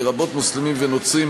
לרבות מוסלמים ונוצרים,